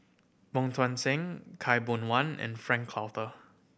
Wong Tuang Seng Khaw Boon Wan and Frank Cloutier